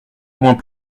moins